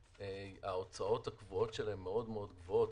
ההוצאות הקבועות שלהן מאוד מאוד גבוהות,